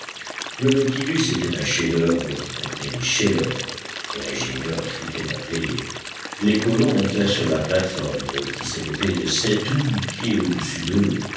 le nautilus était un chef-d'oeuvre qui contenait des chefsd'oeuvre et l'ingénieur fut émerveillé les colons montèrent sur la plate-forme qui s'élevait de sept ou huit pieds au-dessus de l'eau